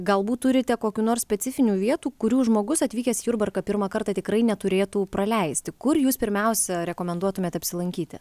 galbūt turite kokių nors specifinių vietų kurių žmogus atvykęs į jurbarką pirmą kartą tikrai neturėtų praleisti kur jūs pirmiausia rekomenduotumėt apsilankyti